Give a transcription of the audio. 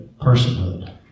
Personhood